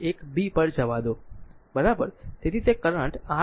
1 b પર જવા દો બરાબર